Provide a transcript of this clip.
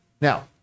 Now